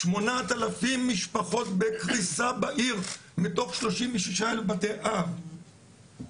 8,000 משפחות בקריסה בעיר מתוך 36 אלף בתי אב.